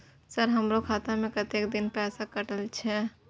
Sir हमारो खाता में कतेक दिन पैसा कटल छे?